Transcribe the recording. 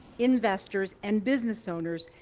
investors, and business owners,